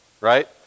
right